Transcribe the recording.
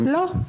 לא.